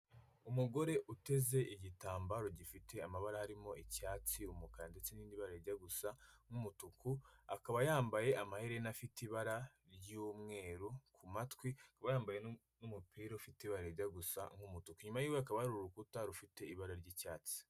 Umugore uteze igitambaro gifite amabara harimo icyatsi, umukara ndetse n'irindi bara rijya gusa nk'umutuku, akaba yambaye amaherena afite ibara ry'umweru ku matwi, akaba yambaye n'umupira ufite ibara rijya gusa nk'umutuku, inyuma yiwe hakaba hari urukuta rufite ibara ry'icyatsi.